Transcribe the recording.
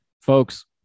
Folks